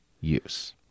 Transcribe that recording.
use